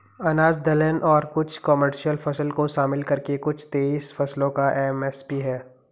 अनाज दलहन और कुछ कमर्शियल फसल को शामिल करके कुल तेईस फसलों का एम.एस.पी है